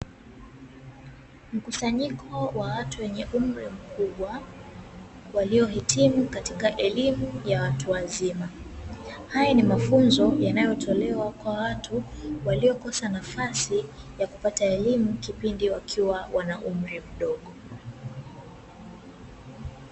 Mkusanyiko wa watu wenye umri mkubwa, waliohitimu katika elimu ya watu wazima. Haya ni mafunzo yanayotolewa kwa watu waliokosa nafasi, ya kupata elimu kipindi wakiwa wana umri mdogo.